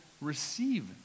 receive